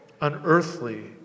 unearthly